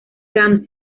khan